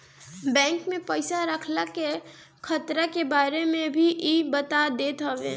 bank में पईसा रखला के खतरा के बारे में भी इ बता देत हवे